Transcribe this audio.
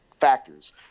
factors